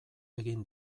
egin